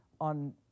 on